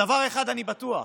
בדבר אחד אני בטוח,